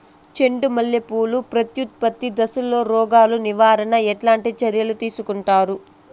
చెండు మల్లె పూలు ప్రత్యుత్పత్తి దశలో రోగాలు నివారణకు ఎట్లాంటి చర్యలు తీసుకుంటారు?